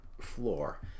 floor